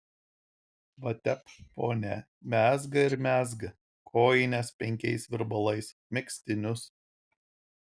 va tep ponia mezga ir mezga kojines penkiais virbalais megztinius